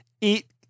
Eat